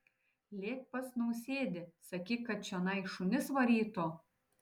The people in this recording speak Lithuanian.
lėk pas nausėdį sakyk kad čionai šunis varytų